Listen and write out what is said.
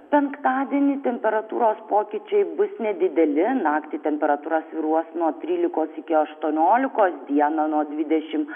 penktadienį temperatūros pokyčiai bus nedideli naktį temperatūra svyruos nuo trylikos iki aštuoniolikos dieną nuo dvidešim